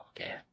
okay